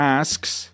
asks